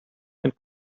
and